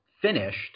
finished